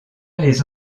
les